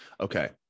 Okay